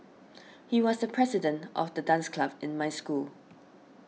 he was the president of the dance club in my school